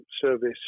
service